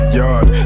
yard